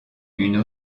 une